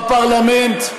בפרלמנט.